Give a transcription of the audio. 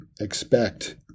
expect